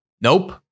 Nope